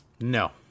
No